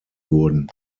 wurden